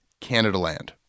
CanadaLand